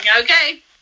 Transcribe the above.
okay